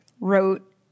wrote